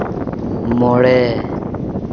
ᱢᱚᱬᱮ